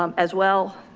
um as well,